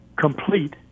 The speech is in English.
complete